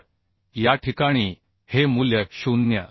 तर या ठिकाणी हे मूल्य 0